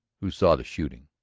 who saw the shooting?